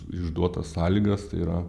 išduotas sąlygas tai yra